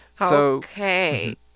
Okay